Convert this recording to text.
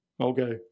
Okay